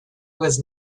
was